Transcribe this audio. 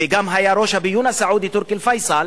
שגם היה ראש הביון הסעודי, טורקי אל-פייסל,